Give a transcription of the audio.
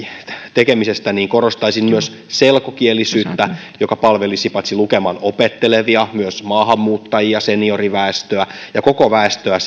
tekemisestä korostaisin myös selkokielisyyttä joka palvelisi paitsi lukemaan opettelevia myös maahanmuuttajia senioriväestöä ja koko väestöä